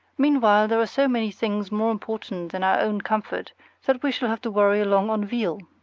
meanwhile there are so many things more important than our own comfort that we shall have to worry along on veal.